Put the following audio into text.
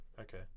okay